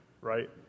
right